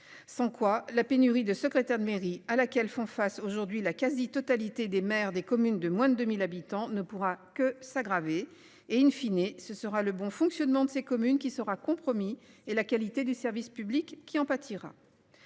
sans quoi la pénurie de secrétaire de mairie à laquelle font face aujourd'hui la quasi-totalité des maires des communes de moins de 1000 habitants ne pourra que s'aggraver et une fine et ce sera le bon fonctionnement de ces communes qui sera compromis et la qualité des services publics qui en pâtira.